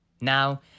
Now